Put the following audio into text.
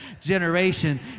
generation